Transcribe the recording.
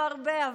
זה לא הרבה,